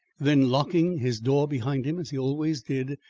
then, locking his door behind him, as he always did,